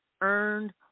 earned